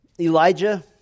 Elijah